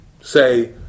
say